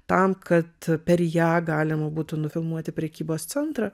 tam kad per ją galima būtų nufilmuoti prekybos centrą